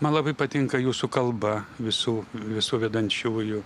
man labai patinka jūsų kalba visų visų vedančiųjų